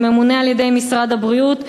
שממונה על-ידי משרד הבריאות,